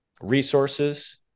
resources